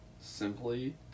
simply